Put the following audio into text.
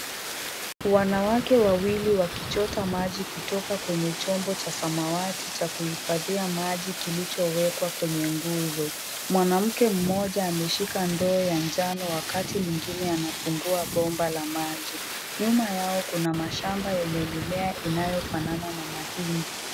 Wanawake wawili wakichota maji kutoka kwenye chombo cha samawati cha kuhifadhia maji kilicho wekwa kwenye nguzo . Mwanamke mmoja ameshika ndoo ya njano wakati mwingine anafungua bomba la maji nyuma yao kuna mashamba yenye mimea inayofanana na mahindi.